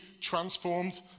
transformed